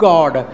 God